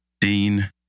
Dean